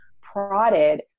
prodded